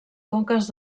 conques